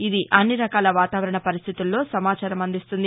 ఇది అన్ని రకాల వాతావరణ పరిస్థితుల్లో సమాచారం అందిస్తుంది